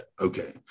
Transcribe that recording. okay